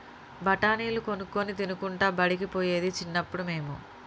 బఠాణీలు కొనుక్కొని తినుకుంటా బడికి పోయేది చిన్నప్పుడు మేము